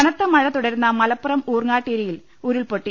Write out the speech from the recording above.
കനത്തമഴ് തുടരുന്ന മലപ്പുറം ഉൌർങ്ങാട്ടീരിയിൽ ഉരുൾപ്പൊട്ടി